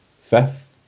fifth